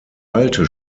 alte